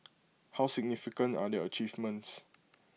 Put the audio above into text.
how significant are their achievements